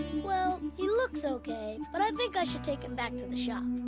well, and he looks okay, but i think i should take him back to the shop.